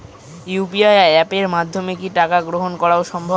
UPI অ্যাপের মাধ্যমে কি টাকা গ্রহণ করাও সম্ভব?